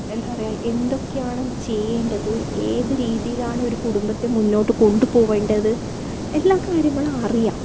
എന്താണ് പറയുക എന്തൊക്കെയാണ് ചെയ്യേണ്ടത് ഏത് രീതിയിലാണ് ഒരു കുടുംബത്തെ മുന്നോട്ട് കൊണ്ട് പോവേണ്ടത് എല്ലാ കാര്യങ്ങളും അറിയാം